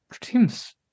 team's